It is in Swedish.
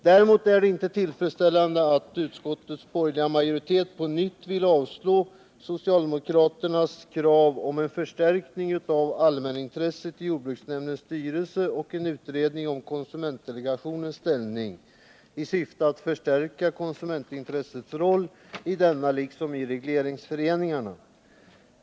Däremot är det inte tillfredsställande att utskottets borgerliga majoritet på nytt vill avstyrka socialdemokraternas krav på en förstärkning av allmänintresset i jordbruksnämndens styrelse och en utredning om konsumentdelegationens ställning i syfte att förstärka konsumentintressets roll i denna liksom i regleringsföreningarna.